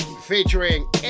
featuring